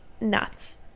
nuts